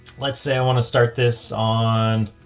let's say i want to start this on,